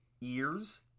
Ears